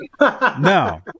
no